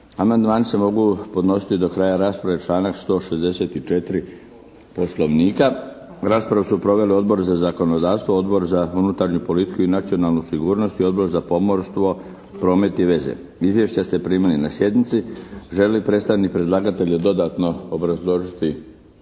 Amandmani se mogu podnositi do kraja rasprave, članak 164. poslovnika. Raspravu su proveli Odbor za zakonodavstvo, Odbor za unutarnju politiku i nacionalnu sigurnost i Odbor za pomorstvo, promet i veze. Izvješća ste primili na sjednici. Želi li predstavnik predlagatelja dodatno obrazložiti